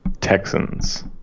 Texans